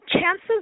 chances